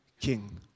king